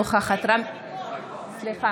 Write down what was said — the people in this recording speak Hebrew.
נגד רם בן ברק, נגד